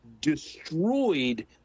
destroyed